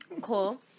cool